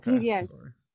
Yes